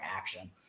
action